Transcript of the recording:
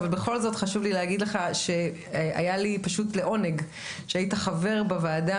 אבל בכל זאת חשוב לי להגיד לך שהיה לי לעונג שהיית חבר בוועדה